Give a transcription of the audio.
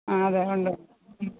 ആ അതെ ഉണ്ട് മ്